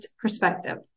perspective